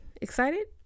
Excited